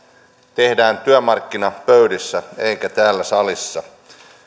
tehdään työmarkkinapöydissä eikä täällä salissa